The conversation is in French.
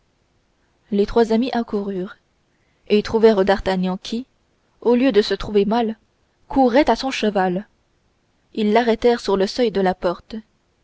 les trois amis accoururent et trouvèrent d'artagnan qui au lieu de se trouver mal courait à son cheval ils l'arrêtèrent sur le seuil de la porte